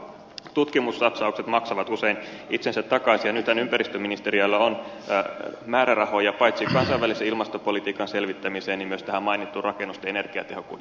tutkimussatsaukset maksavat usein itsensä takaisin ja nythän ympäristöministeriöllä on määrärahoja paitsi kansainvälisen ilmastopolitiikan selvittämiseen niin myös tähän mainittuun rakennusten energiatehokkuuden selvittämiseen